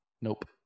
Nope